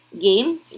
game